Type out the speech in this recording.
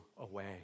away